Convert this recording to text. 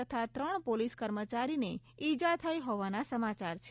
તથા ત્રણ પોલીસ કર્મચારીને ઇજા થઈ હોવાના સમાચાર છે